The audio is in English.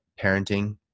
parenting